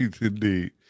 indeed